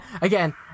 again